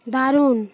দারুন